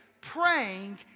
praying